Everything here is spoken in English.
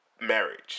marriage